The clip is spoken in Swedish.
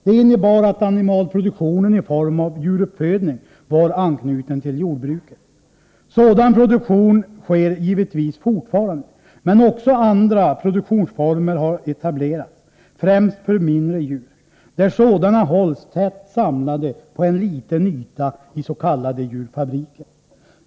Det innebar att animalieproduktionen i form av djuruppfödning var anknuten till jordbruket. Sådan produktion förekommer givetvis fortfarande, men också andra produktionsformer har etablerats, främst för mindre djur, där sådana hålls tätt samlade på en liten yta is.k. djurfabriker.